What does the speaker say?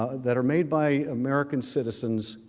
ah that are made by american citizens